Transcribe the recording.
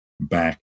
back